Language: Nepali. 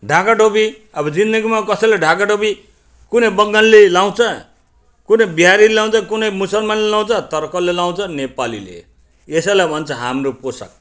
ढाका टोपी अब जिन्दगीमा कसैले ढाका टोपी कुनै बङ्गालीले लगाउँछ कुनै बिहारीले लगाउँछ कुनै मुसलमानले लगाउँछ तर कसले लगाउँछ नेपालीले यसैलाई भन्छ हाम्रो पोसाक